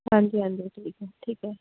ਹਾਂਜੀ ਹਾਂਜੀ ਠੀਕ ਹੈ ਠੀਕ ਹੈ